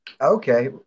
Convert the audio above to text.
Okay